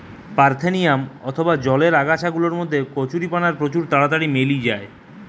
parthenium অথবা জলের আগাছা গুলার মধ্যে কচুরিপানা প্রচুর তাড়াতাড়ি মেলি যায়